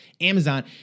Amazon